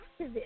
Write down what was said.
activist